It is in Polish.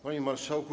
Panie Marszałku!